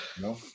No